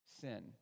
sin